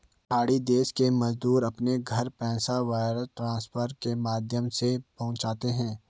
खाड़ी देश के मजदूर अपने घर पैसा वायर ट्रांसफर के माध्यम से पहुंचाते है